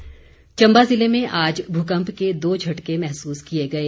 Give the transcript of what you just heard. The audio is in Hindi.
भूकम्प चंबा जिले में आज भूकंप के दो झटके महसूस किए गए